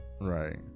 right